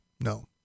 no